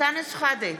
אנטאנס שחאדה,